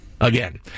again